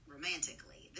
romantically